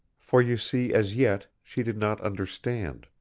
for you see as yet she did not understand.